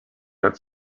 that